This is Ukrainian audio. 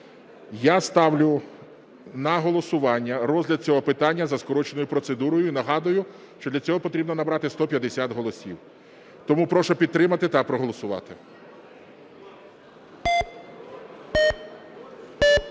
я ставлю на голосування розгляд цього питання за скороченою процедурою. І нагадую, що для цього потрібно набрати 150 голосів. Тому прошу підтримати та проголосувати.